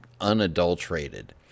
unadulterated